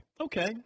Okay